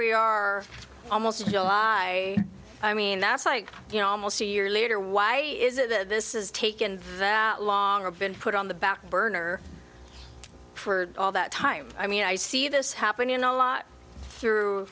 we are almost july i mean that's like you know almost a year later why is it that this has taken longer been put on the back burner for all that time i mean i see this happening a lot through